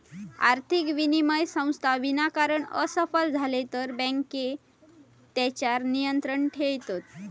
आर्थिक विनिमय संस्था विनाकारण असफल झाले तर बँके तेच्यार नियंत्रण ठेयतत